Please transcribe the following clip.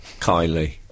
Kylie